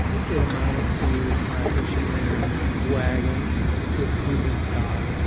it amounted to hitching their wagon to a proven star,